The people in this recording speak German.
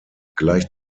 gleicht